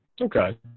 okay